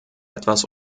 etwas